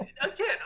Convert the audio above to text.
again